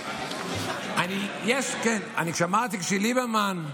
אני שמעתי שליברמן,